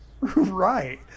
right